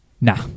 Nah